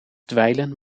dweilen